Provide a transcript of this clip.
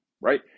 right